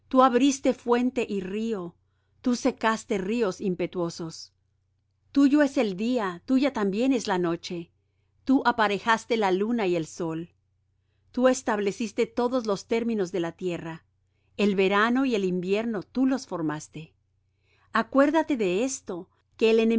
abriste fuente y río tú secaste ríos impetuosos tuyo es el día tuya también es la noche tú aparejaste la luna y el sol tú estableciste todos los términos de la tierra el verano y el invierno tú los formaste acuerdáte de esto que el enemigo